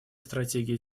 стратегии